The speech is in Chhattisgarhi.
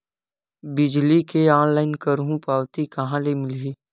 बिजली के ऑनलाइन करहु पावती कहां ले मिलही?